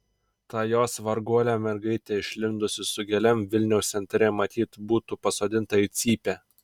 ta jos varguolė mergaitė išlindusi su gėlėm vilniaus centre matyt būtų pasodinta į cypę